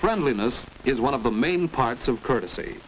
friendliness is one of the main parts of courtesy